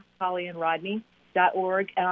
hollyandrodney.org